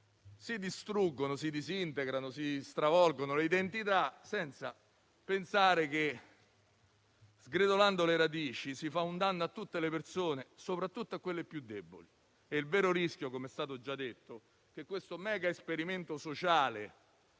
si distruggono, si disintegrano e si stravolgono le identità, senza pensare che, sgretolando le radici, si fa un danno a tutte le persone, soprattutto a quelle più deboli. Il vero rischio, com'è stato già detto, è che questo megaesperimento sociale,